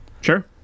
Sure